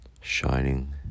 shining